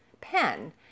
pen